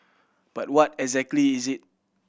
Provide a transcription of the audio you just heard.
but what exactly is it